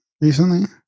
recently